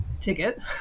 ticket